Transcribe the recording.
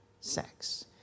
sex